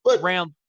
round